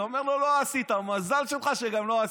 הוא אומר לו: לא עשית, מזל שלך שגם לא עשית,